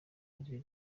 ari